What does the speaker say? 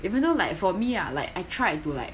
if you know like for me ah like I tried to like